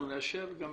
אנחנו נאשר אם